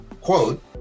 quote